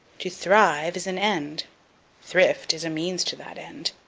to thrive is an end thrift is a means to that end.